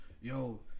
yo